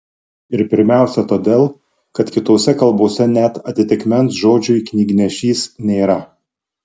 ir pirmiausia todėl kad kitose kalbose net atitikmens žodžiui knygnešys nėra